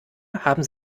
haben